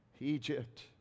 Egypt